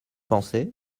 pensez